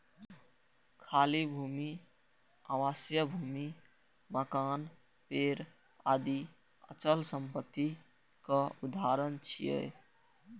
खाली भूमि, आवासीय भूमि, मकान, पेड़ आदि अचल संपत्तिक उदाहरण छियै